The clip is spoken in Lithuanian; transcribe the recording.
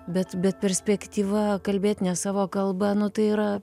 bet bet perspektyva kalbėt ne savo kalba nu tai yra